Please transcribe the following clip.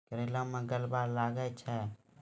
करेला मैं गलवा लागे छ?